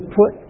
put